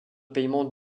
paiement